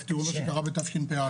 תראו מה שקרה בתשפ"א.